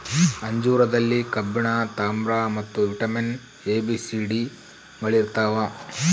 ಅಂಜೂರದಲ್ಲಿ ಕಬ್ಬಿಣ ತಾಮ್ರ ಮತ್ತು vitamin A B C D ಗಳಿರ್ತಾವ